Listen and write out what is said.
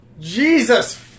Jesus